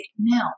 now